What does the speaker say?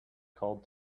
called